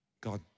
God